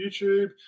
YouTube